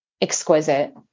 exquisite